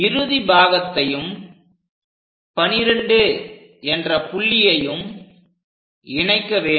இறுதி பாகத்தையும் 12 என்ற புள்ளியையும் இணைக்க வேண்டும்